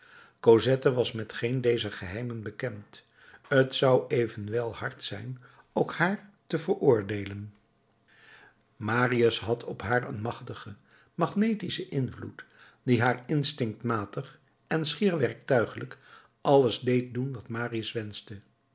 cosette was met geen dezer geheimen bekend t zou evenwel hard zijn ook haar te veroordeelen marius had op haar een machtigen magnetischen invloed die haar instinctmatig en schier werktuiglijk alles deed doen wat marius wenschte